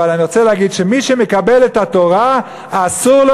אבל אני רוצה שמי שמקבל את התורה אסור לו